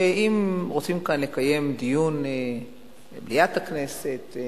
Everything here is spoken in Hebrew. שאם רוצים לקיים דיון במליאת הכנסת,